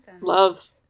love